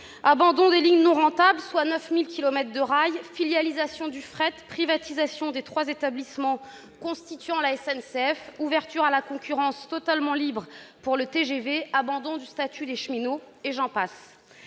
abandon des lignes non rentables, soit 9 000 kilomètres de rail ; filialisation du fret ; privatisation des trois établissements constituant la SNCF ; ouverture à la concurrence totalement libre pour le TGV ; abandon du statut des cheminots, et j'en passe.